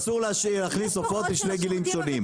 אסור להכניס עופות בשני גילאים שונים.